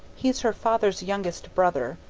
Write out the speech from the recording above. he's her father's youngest brother,